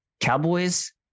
Cowboys